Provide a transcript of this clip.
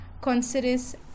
considers